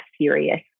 serious